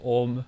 om